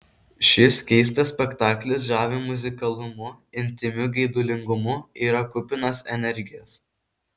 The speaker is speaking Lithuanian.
šis keistas spektaklis žavi muzikalumu intymiu geidulingumu yra kupinas energijos